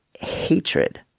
hatred